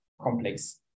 complex